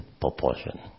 proportion